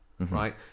Right